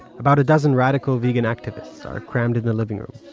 about a dozen radical vegan activists are crammed in the living room.